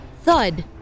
thud